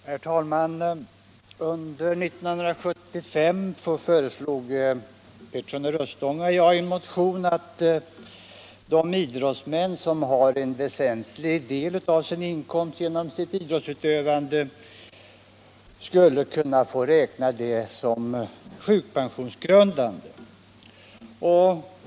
Herr talman! Under 1975 föreslog herr Petersson i Röstånga och jag i en motion att de idrottsmän som får en väsentlig del av sin inkomst genom sitt idrottsutövande skulle få räkna den inkomsten som sjukpenninggrundande.